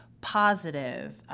positive